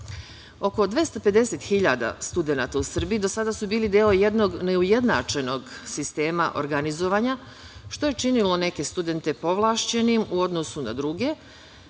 250 hiljada studenata u Srbiji do sada su bili deo jednog neujednačenog sistema organizovanja, što je činilo neke studente povlašćenim u odnosu na druge